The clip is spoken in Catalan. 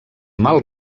mal